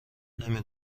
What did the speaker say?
نمی